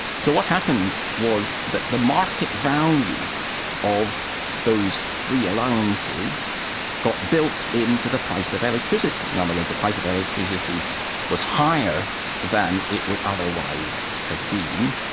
so what happened was that the market value of of those free allowances got built in to the price of electricity. in other words, the price of electricity was higher than it would otherwise have been,